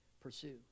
pursue